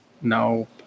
No